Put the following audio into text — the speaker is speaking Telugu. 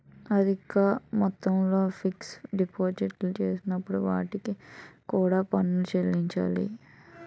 అధిక మొత్తంలో ఫిక్స్ డిపాజిట్లు చేసినప్పుడు వడ్డీకి కూడా పన్నులు చెల్లించాలి